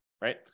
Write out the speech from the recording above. right